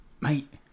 Mate